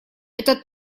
это